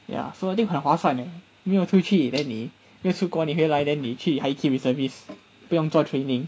ya so I think 很划算 leh 没有出去 then 你没有出国你回来 then 你去 high key reservice 不用做 training